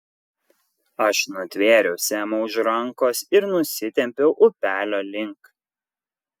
aš nutvėriau semą už rankos ir nusitempiau upelio link